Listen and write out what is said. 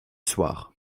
soir